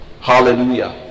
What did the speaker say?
Hallelujah